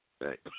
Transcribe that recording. Right